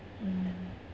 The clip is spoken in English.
mm